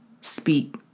speak